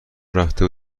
رفته